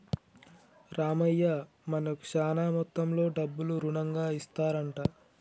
రామయ్య మనకు శాన మొత్తంలో డబ్బులు రుణంగా ఇస్తారంట